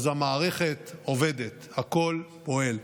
אז המערכת עובדת, הכול פועל.